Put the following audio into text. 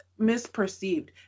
misperceived